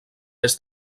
est